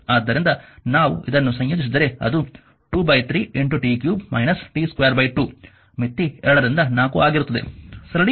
ಆದ್ದರಿಂದ ನಾವು ಇದನ್ನು ಸಂಯೋಜಿಸಿದರೆ ಅದು 2 3 t 3 − t 2 2 ಮಿತಿ 2 ರಿಂದ 4 ಆಗಿರುತ್ತದೆ